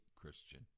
Christian